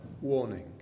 warning